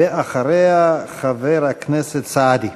ואחריה, חבר הכנסת סעדי.